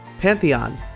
Pantheon